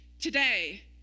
today